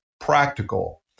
practical